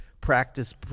practice